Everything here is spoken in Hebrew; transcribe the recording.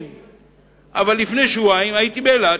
אבל לפני שבועיים הייתי באילת.